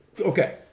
okay